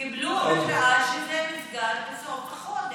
קיבלו התראה שזה נסגר בסוף החודש.